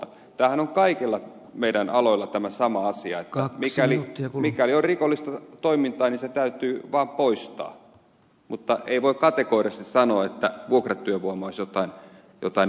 tämä sama asiahan on kaikilla meidän aloillamme että mikäli on rikollista toimintaa niin se täytyy vaan poistaa mutta ei voi kategorisesti sanoa että vuokratyövoima olisi jotain kamalaa